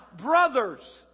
brothers